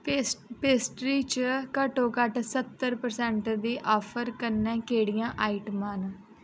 pastry च घट्टोघट्ट सत्तर परसैंट दी ऑफर कन्नै केह्ड़ियां आइटमां न